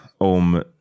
om